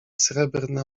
srebrne